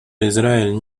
израиль